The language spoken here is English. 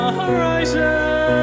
horizon